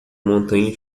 montanha